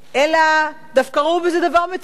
אלא דווקא ראו בזה דבר מצוין.